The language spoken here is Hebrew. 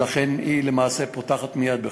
ולכן היא למעשה פותחת מייד בחקירה.